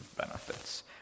benefits